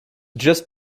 just